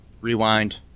Rewind